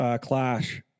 Clash